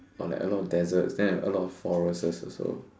or like a lot of deserts then a lot of forests also so